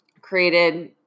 created